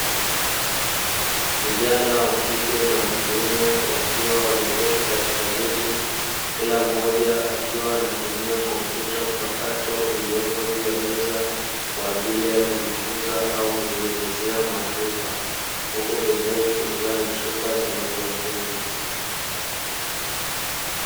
Vijana wakike na wakiume, wakiwa wameketi katika viti, kila mmoja akiwa anatumia kompyuta mpakato, iliyopo juu ya meza kwaajili ya kujifunza au kujiongezea maarifa, huku pembeni kukiwa na chupa za maji ya kunywa.